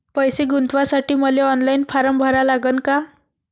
पैसे गुंतवासाठी मले ऑनलाईन फारम भरा लागन का?